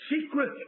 secret